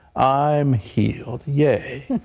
i'm healed. yay!